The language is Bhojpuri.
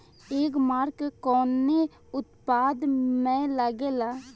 एगमार्क कवने उत्पाद मैं लगेला?